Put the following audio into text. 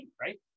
right